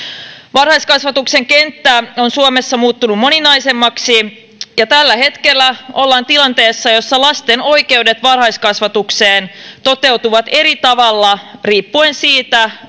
varhaiskasvatuksen kenttä on suomessa muuttunut moninaisemmaksi ja tällä hetkellä ollaan tilanteessa jossa lasten oikeudet varhaiskasvatukseen toteutuvat eri tavalla riippuen siitä